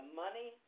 money